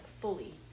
fully